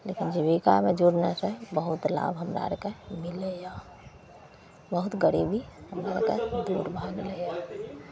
लेकिन जीविकामे जुड़लासँ बहुत लाभ हमरा आरकेँ भेलैए बहुत गरीबी हमरा आरके दूर भऽ गेलै